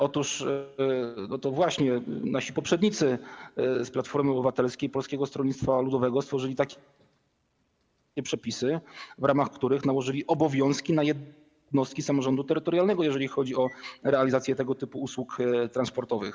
Otóż to właśnie nasi poprzednicy z Platformy Obywatelskiej i Polskiego Stronnictwa Ludowego stworzyli takie przepisy, w ramach których nałożyli obowiązki na jednostki samorządu terytorialnego, jeżeli chodzi o realizację tego typu usług transportowych.